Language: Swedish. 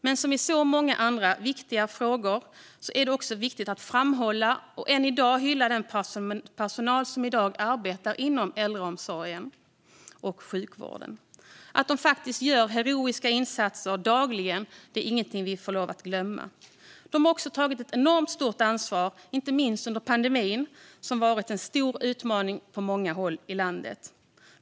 Men som i så många andra viktiga frågor är det också viktigt att framhålla och än i dag hylla den personal som arbetar inom äldreomsorgen och sjukvården. Att de faktiskt gör heroiska insatser dagligen är ingenting vi får lov att glömma. De har också tagit ett enormt stort ansvar inte minst under pandemin, som varit en stor utmaning på många håll i landet.